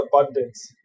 abundance